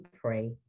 pray